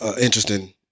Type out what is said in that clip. interesting